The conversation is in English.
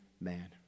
man